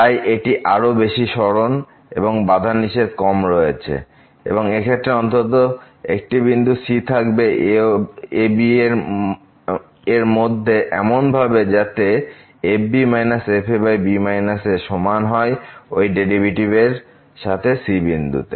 তাই এটি আরো বেশি স্মরণ এবং বাধা নিষেধ কম রয়েছে এবং এক্ষেত্রে অন্তত একটি বিন্দু c থাকবে ab এরমধ্যে এমন ভাবে যাতে f b f ab a সমান হয় ওই ডেরিভেটিভ এর সাথে c বিন্দুতে